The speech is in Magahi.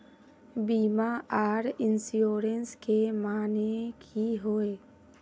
बीमा आर इंश्योरेंस के माने की होय?